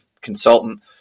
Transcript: consultant